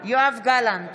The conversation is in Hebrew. יואב גלנט,